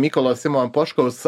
mykolo simo poškaus